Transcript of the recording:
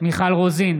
מיכל רוזין,